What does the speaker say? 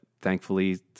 thankfully